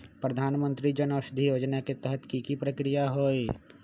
प्रधानमंत्री जन औषधि योजना के तहत की की प्रक्रिया होई?